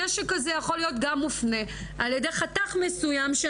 הנשק הזה יכול להיות גם מופנה על ידי חתך מסוים של